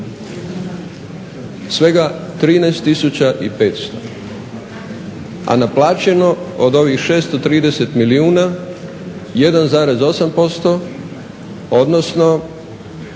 svega 13500, a naplaćeno od ovih 630 milijuna 1,85, odnosno